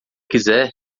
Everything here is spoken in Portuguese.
quiser